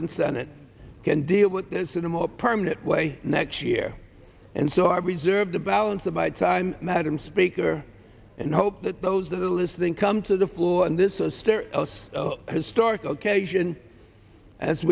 and senate can deal with this in a more permanent way next year and so i reserve the balance of my time madam speaker and hope that those that are listening come to the floor and this a stare us historic occasion as